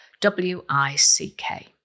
W-I-C-K